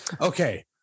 okay